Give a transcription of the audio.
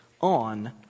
on